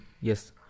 Yes